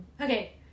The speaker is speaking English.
Okay